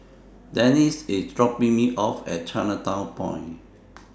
Denice IS dropping Me off At Chinatown Point